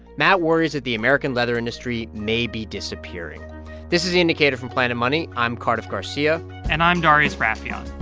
matt worries that the american leather industry may be disappearing this is the indicator from planet money. i'm cardiff garcia and i'm darius rafieyan.